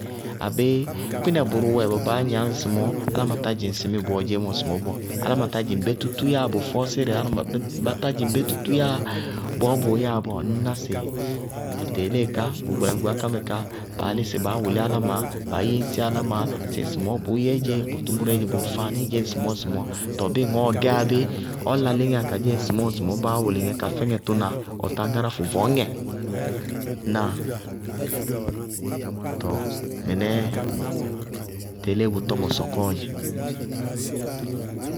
Abéé kpínɛ bʋrʋ wɛ ba wɛ baá gnañ ŋsɩmɔɔ, áláma tá dzɩŋ sɩ bʋ wɛ dzeémɔ ŋsɩmɔɔ bɔɔ, áláma tá dzɩŋ bé tútú yáa bʋ fɔɔsírɛ áláma, ba tá dzɩŋ bé tútú yáa bʋ fɔɔsírɛ, bé tútú yáa bɔɔ bʋʋ yáa bɔɔ, ŋñná sɩ bʋ teelée ká, bʋʋ gbalakukuwá ká mɛ ká, baá lísɩ baá wʋlí áláma baá yéñsi áláma sɩ ŋsɩmɔɔ bʋʋ yɛɛ dzé, bʋ tʋmʋrɛɛ dzé, bʋʋ ŋfaaníí dzé ŋsɩmɔɔ ŋsɩmɔɔ, tɔɔ bíɩ ŋɔɔɔ gɛyá bí ɔ la léŋáa kadzé ŋsɩmɔɔ ŋsɩmɔɔ, báá wɔlɩ ŋɛ ka fɛ ŋɛ tʋna ɔ táñgáráfʋ vɔñŋɛ. Ŋnáa? Tɔɔ mɩnɛɛ teelée bʋ tɔmɔ sɔkɔɔ dzɛ.